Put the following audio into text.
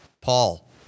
Paul